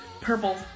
purple